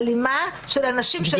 אלימה של אנשים שלא קשורים לבתים האלה?